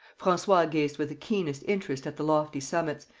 francois gazed with the keenest interest at the lofty summits,